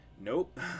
nope